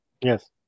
Yes